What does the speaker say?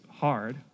hard